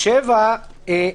(היו"ר יעקב אשר,